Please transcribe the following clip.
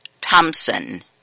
Thompson